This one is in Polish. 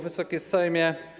Wysoki Sejmie!